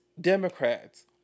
Democrats